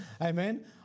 Amen